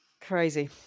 Crazy